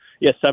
yes